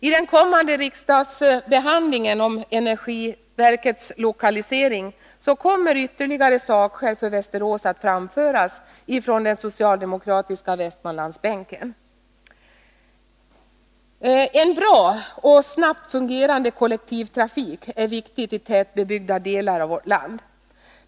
I den kommande riksdagsbehandlingen om energiverkets lokalisering kommer ytterligare sakskäl för Västerås att framföras från den socialdemokratiska Västmanlandsbänken. En bra och snabbt fungerande kollektivtrafik är viktig i tätbebyggda delar av vårt land.